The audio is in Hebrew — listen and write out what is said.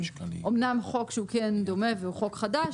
אמנם חוק שהוא כן דומה והוא חוק חדש,